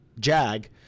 jag